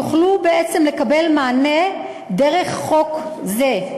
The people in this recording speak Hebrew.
יוכלו בעצם לקבל מענה דרך חוק זה.